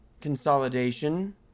Consolidation